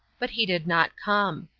but he did not come.